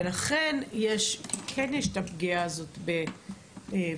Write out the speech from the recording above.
ולכן כן יש את הפגיעה הזאת בקטינות.